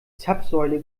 zapfsäule